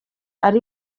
ari